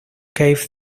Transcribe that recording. gave